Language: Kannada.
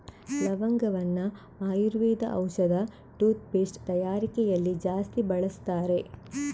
ಲವಂಗವನ್ನ ಆಯುರ್ವೇದ ಔಷಧ, ಟೂತ್ ಪೇಸ್ಟ್ ತಯಾರಿಕೆಯಲ್ಲಿ ಜಾಸ್ತಿ ಬಳಸ್ತಾರೆ